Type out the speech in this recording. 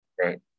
Right